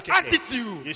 attitude